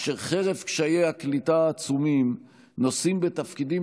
אשר חרף קשיי הקליטה העצומים נושאים בתפקידים